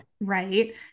Right